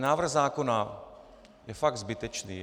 Návrh zákona je fakt zbytečný.